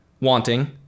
wanting